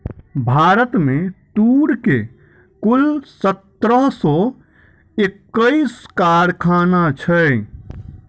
भारत में तूर के कुल सत्रह सौ एक्कैस कारखाना छै